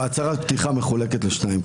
הפתיחה מחולקת לשניים.